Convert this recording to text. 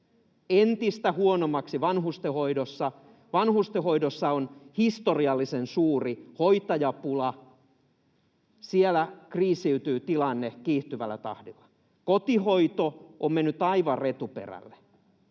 [Kristiina Salosen välihuuto] Vanhustenhoidossa on historiallisen suuri hoitajapula, siellä kriisiytyy tilanne kiihtyvällä tahdilla, kotihoito on mennyt aivan retuperälle,